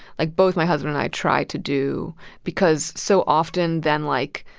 like, both my husband i try to do because so often then, like,